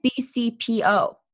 BCPO